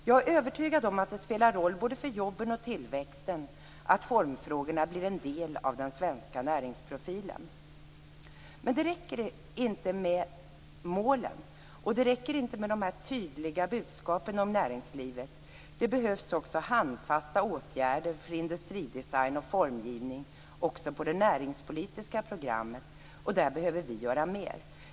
Jag är övertygad om att det spelar roll för både jobben och tillväxten att formfrågorna blir en del av den svenska näringsprofilen. Men det räcker inte med målen, och det räcker inte med de tydliga budskapen om näringslivet. Det behövs också handfasta åtgärder för industridesign och formgivning också på det näringspolitiska området. Där behöver vi göra mer.